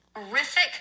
Horrific